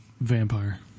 Vampire